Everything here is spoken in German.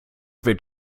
wird